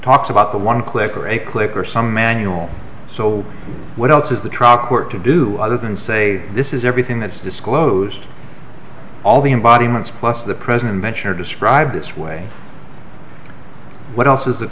talks about the one click or a click or some manual so what else is the truck work to do other than say this is everything that's disclosed all the embodiments plus the president mentioned described this way what else